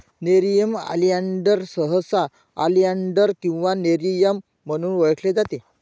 nerium oleander सहसा oleander किंवा nerium म्हणून ओळखले जाते